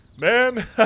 man